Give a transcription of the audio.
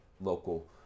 local